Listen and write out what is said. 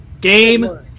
game